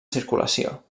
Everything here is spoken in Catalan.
circulació